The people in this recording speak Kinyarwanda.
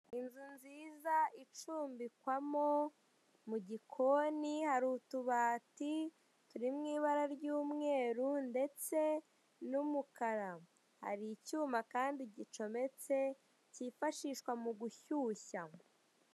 Inzu nziza icumbikwamo, mu gikoni hari utubati turi mu ibara ry'umweru ndetse n'umukara. Hari icyuma kandi gicometse, cyifashishwa mu gushyuhsya.